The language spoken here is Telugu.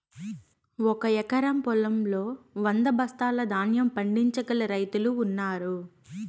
ఒక ఎకరం పొలంలో వంద బస్తాల ధాన్యం పండించగల రైతులు ఉన్నారు